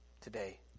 today